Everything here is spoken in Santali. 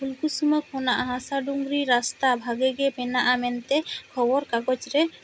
ᱯᱷᱩᱞᱠᱩᱥᱢᱟ ᱠᱷᱚᱱᱟᱜ ᱦᱟᱥᱟᱰᱩᱝᱨᱤ ᱨᱟᱥᱛᱟ ᱵᱷᱟᱜᱮ ᱜᱮ ᱢᱮᱱᱟᱜᱼᱟ ᱢᱮᱱᱛᱮ ᱠᱷᱚᱵᱚᱨ ᱠᱟᱜᱚᱡᱽ ᱨᱮ